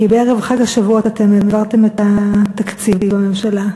כי בערב חג השבועות אתם העברתם את התקציב בממשלה.